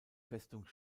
festung